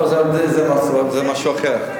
טוב, זה משהו אחר.